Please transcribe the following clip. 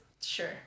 Sure